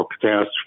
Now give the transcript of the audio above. catastrophe